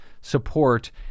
support